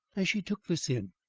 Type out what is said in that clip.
as she took this in,